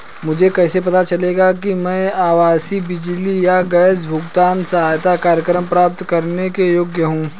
मुझे कैसे पता चलेगा कि मैं आवासीय बिजली या गैस भुगतान सहायता कार्यक्रम प्राप्त करने के योग्य हूँ?